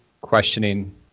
questioning